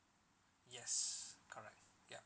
yes correct yup